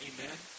Amen